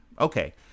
okay